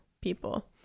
people